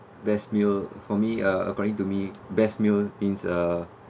best meal for me uh according to me best meal means a